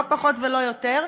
לא פחות ולא יותר,